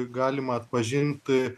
galima atpažinti